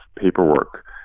paperwork